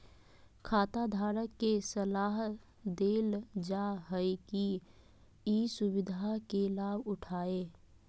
खाताधारक के सलाह देल जा हइ कि ई सुविधा के लाभ उठाय